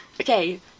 Okay